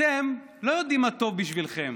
אתם לא יודעים מה טוב בשבילכם.